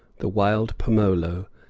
the wild pomolo,